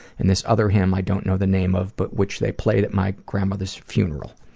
and, this other him i don't know the name of, but which they played at my grandmother's funeral.